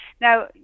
now